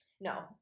No